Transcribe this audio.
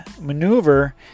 maneuver